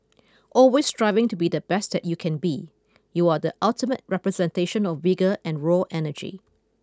always striving to be the best you can be you are the ultimate representation of vigour and raw energy